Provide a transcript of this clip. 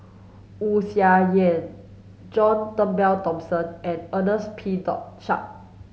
Wu Tsai Yen John Turnbull Thomson and Ernest P Shanks